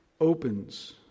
opens